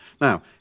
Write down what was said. Now